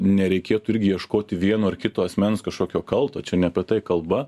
nereikėtų irgi ieškoti vieno ar kito asmens kažkokio kalto čia ne apie tai kalba